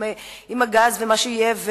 עם הגז ומה שיהיה.